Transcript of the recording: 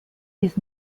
dies